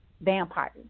Vampires